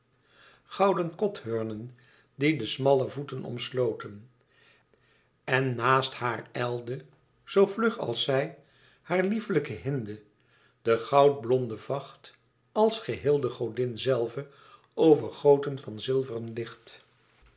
gouden kothurnen die de smalle voeten omsloten en naast haar ijlde zoo vlug als zij haar lieflijke hinde de goudblonde vacht als geheel de godin zelve overgoten van het zilveren licht